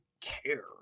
care